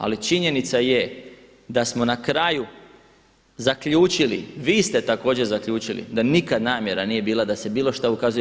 Ali činjenica je da smo na kraju zaključili, vi ste također zaključili da nikada namjera nije bila da se bilo šta ukazuje.